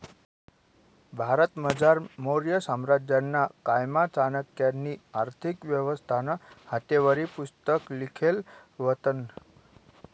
भारतमझार मौर्य साम्राज्यना कायमा चाणक्यनी आर्थिक व्यवस्थानं हातेवरी पुस्तक लिखेल व्हतं